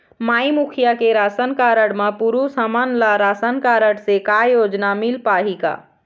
माई मुखिया के ration card म पुरुष हमन ला रासनकारड से का योजना मिल पाही का?